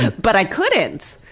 but i couldn't,